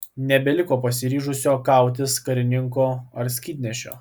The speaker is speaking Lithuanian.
nebeliko pasiryžusio kautis karininko ar skydnešio